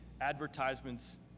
advertisements